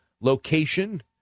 location